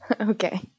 Okay